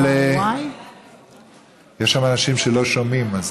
יש שם אנשים שלא שומעים.